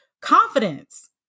Confidence